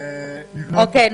אוקיי.